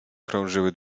krążyły